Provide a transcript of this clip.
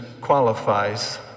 qualifies